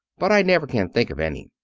but i never can think of any.